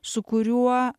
su kuriuo